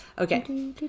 Okay